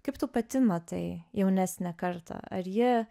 kaip tu pati matai jaunesnę kartą ar jie